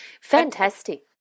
fantastic